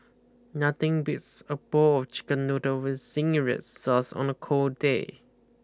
nothing beats a bowl of chicken noodles with zingy red sauce on a cold day